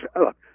Look